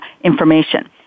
information